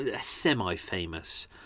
semi-famous